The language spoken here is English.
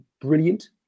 brilliant